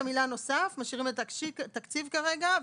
המילה "נוסף" ומשאירים את המילה "תקציב" כרגע,